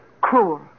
Cruel